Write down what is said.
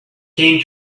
came